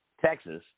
Texas